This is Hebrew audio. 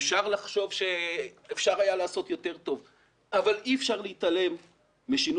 אפשר לחשוב שאפשר היה לעשות יותר טוב אבל אי אפשר להתעלם משינוי